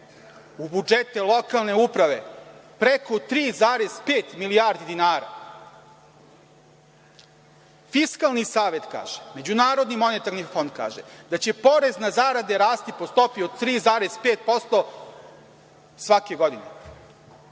u budžete lokalne uprave preko 3,5 milijardi dinara. Fiskalni savet kaže, MMF kaže da će porez na zarade rasti po stopi od 3,5% svake godine.